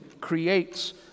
creates